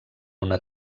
una